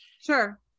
Sure